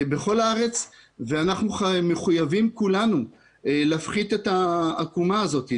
הוא ענק בכל הארץ ואנחנו מחויבים כולנו להפחית את העקומה הזאת,